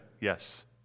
yes